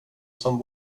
som